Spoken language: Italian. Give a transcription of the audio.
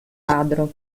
ladro